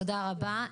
תודה רבה.